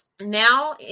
now